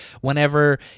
whenever